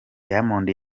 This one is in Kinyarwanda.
diamond